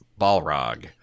Balrog